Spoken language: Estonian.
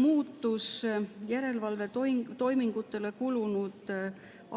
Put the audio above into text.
Muutus järelevalvetoimingutele kulunud